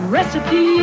Recipe